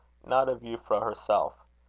not of euphra herself.